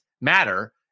matter